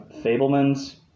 Fableman's